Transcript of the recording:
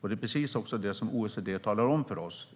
också precis det som OECD talar om för oss.